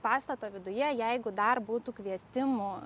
pastato viduje jeigu dar būtų kvietimų